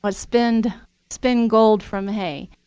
but spin spin gold from hay,